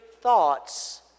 thoughts